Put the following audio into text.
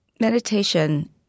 meditation